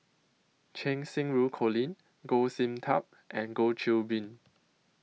Cheng Xinru Colin Goh Sin Tub and Goh Qiu Bin